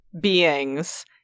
beings